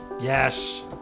Yes